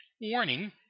Warning